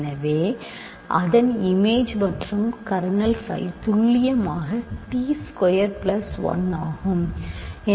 எனவே அதன் இமேஜ் மற்றும் கர்னல் phi துல்லியமாக t ஸ்கொயர் பிளஸ் 1 ஆகும்